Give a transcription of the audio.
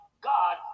God